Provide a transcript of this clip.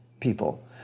people